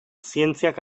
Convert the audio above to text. zientziak